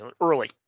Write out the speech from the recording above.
early